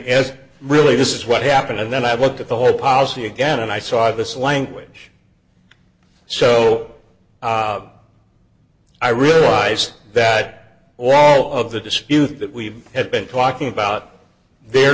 and really this is what happened and then i looked at the whole policy again and i saw this language so i realized that all of the dispute that we've had been talking about there